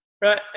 Right